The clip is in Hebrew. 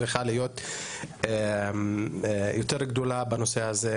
צריכה להיות יותר גדולה בנושא הזה,